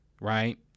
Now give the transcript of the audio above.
right